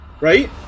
Right